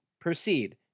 Proceed